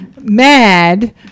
mad